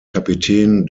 kapitän